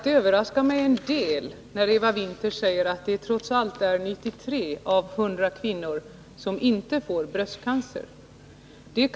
Det överraskar mig något att Eva Winther säger att trots allt 93 av 100 kvinnor inte får bröstcancer.